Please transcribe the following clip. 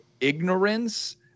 ignorance